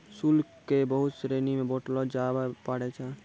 शुल्क क बहुत श्रेणी म बांटलो जाबअ पारै छै